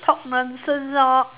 talk nonsense lor